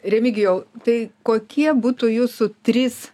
remigijau tai kokie būtų jūsų trys